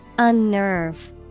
Unnerve